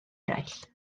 eraill